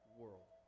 world